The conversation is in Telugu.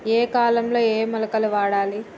ఏయే కాలంలో ఏయే మొలకలు వాడాలి?